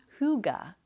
huga